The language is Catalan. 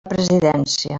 presidència